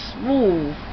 smooth